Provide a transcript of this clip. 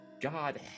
God